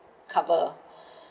cover